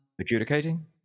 Adjudicating